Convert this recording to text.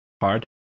hard